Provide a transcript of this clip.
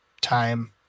time